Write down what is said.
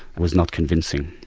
was not convincing.